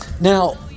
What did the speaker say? Now